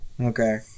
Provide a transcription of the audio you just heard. okay